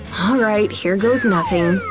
alright, here goes nothing. um